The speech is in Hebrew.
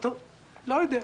אני לא יודע.